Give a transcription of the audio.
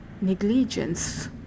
negligence